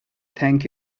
thank